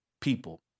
people